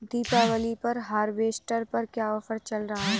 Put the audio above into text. दीपावली पर हार्वेस्टर पर क्या ऑफर चल रहा है?